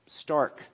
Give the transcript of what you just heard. stark